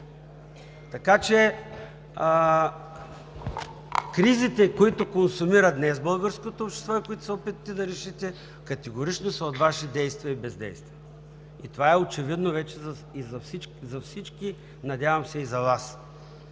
Така че кризите, които консумира днес българското общество и които се опитвате да решите, категорично са от Ваши действия и бездействия. И това е очевидно вече за всички, надявам се и за Вас.